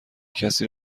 کسی